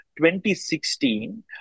2016